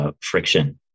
friction